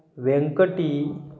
Vyankati